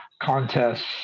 contests